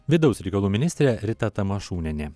vidaus reikalų ministrė rita tamašūnienė